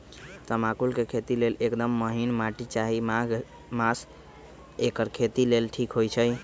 तमाकुल के खेती लेल एकदम महिन माटी चाहि माघ मास एकर खेती लेल ठीक होई छइ